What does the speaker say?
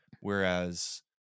Whereas